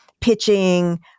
pitching